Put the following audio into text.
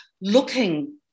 looking